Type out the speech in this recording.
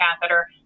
catheter